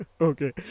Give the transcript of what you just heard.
Okay